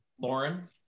Lauren